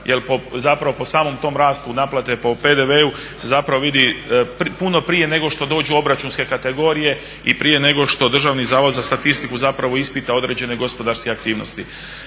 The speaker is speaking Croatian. jel po samom to rastu naplate po PDV-u se vidi puno prije nego što dođu obračunske kategorije i prije nego što DZS ispita određene gospodarske aktivnosti.